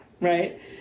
Right